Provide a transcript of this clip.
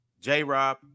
j-rob